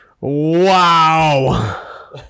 Wow